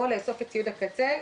תציג את עצמך.